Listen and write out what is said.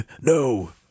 No